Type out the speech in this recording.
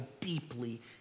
deeply